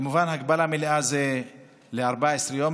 כמובן, הגבלה מלאה זה ל-14 יום.